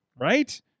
Right